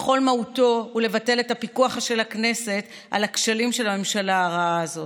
וכל מהותו היא לבטל את הפיקוח של הכנסת על הכשלים של הממשלה הרעה הזאת.